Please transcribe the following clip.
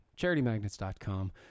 CharityMagnets.com